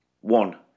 One